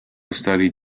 studied